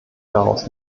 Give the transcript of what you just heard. daraus